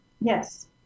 Yes